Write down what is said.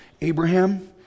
Abraham